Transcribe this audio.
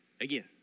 Again